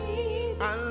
Jesus